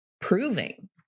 proving